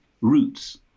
roots